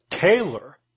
Taylor